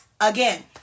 again